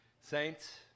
Saints